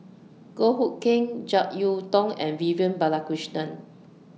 Goh Hood Keng Jek Yeun Thong and Vivian Balakrishnan